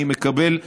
אני מקבל לגמרי.